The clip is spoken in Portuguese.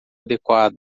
adequado